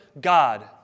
God